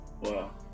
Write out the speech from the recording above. Wow